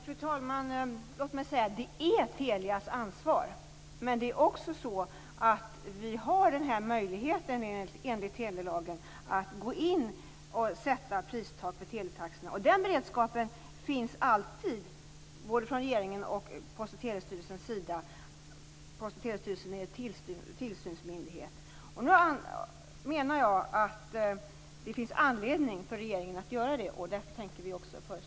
Fru talman! Det är Telias ansvar. Men det är också så att vi har möjligheten enligt telelagen att gå in och sätta pristak för teletaxorna. Den beredskapen finns alltid från regeringens och Post och telestyrelsens sida - Post och telestyrelsen är tillsynsmyndighet. Jag menar att det finns anledning för regeringen att göra så, och jag tänker föreslå det.